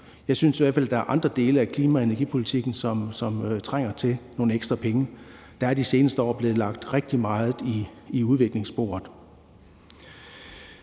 Jeg synes i hvert fald, der er andre dele af klima- og energipolitikken, som trænger til nogle ekstra penge. Der er de seneste år blevet lagt rigtig meget i udviklingssporet.